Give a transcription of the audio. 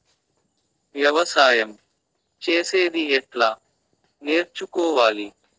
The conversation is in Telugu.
వ్యవసాయం చేసేది ఎట్లా నేర్చుకోవాలి?